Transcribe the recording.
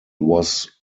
was